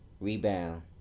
Rebound